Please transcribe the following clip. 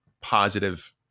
positive